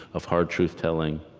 of hard truth-telling.